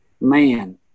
man